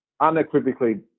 unequivocally